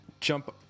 jump